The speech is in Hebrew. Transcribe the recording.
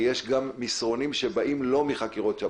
יש גם מסרונים שבאים לא מחקירות שב"כ.